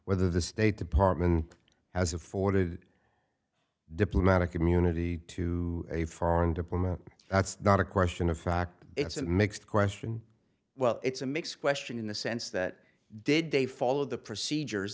whether the state department has afforded diplomatic immunity to a foreign diplomat that's not a question of fact it's a mixed question well it's a mixed question in the sense that did they follow the procedures